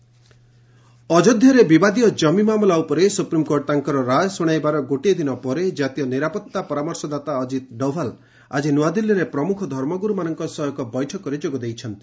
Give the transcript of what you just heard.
NSA meeting ଅଯୋଧ୍ୟାରେ ବିବାଦୀୟ କମି ମାମଲା ଉପରେ ସୁପ୍ରିମ୍କୋର୍ଟ ତାଙ୍କର ରାୟ ଶୁଶାଇବାର ଗୋଟିଏ ଦିନ ପରେ ଜାତୀୟ ନିରାପତ୍ତା ପରାମର୍ଶଦାତା ଅଜିତ୍ ଡୋଭାଲ୍ ଆଜି ନ୍ତଆଦିଲ୍ଲୀରେ ପ୍ରମୁଖ ଧର୍ମଗୁରୁଙ୍କ ସହ ଏକ ବୈଠକରେ ଯୋଗ ଦେଇଛନ୍ତି